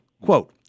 quote